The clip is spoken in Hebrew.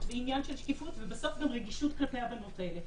ועניין של שקיפות ובסוף גם רגישות כלפי הבנות האלה.